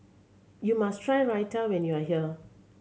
you must try Raita when you are here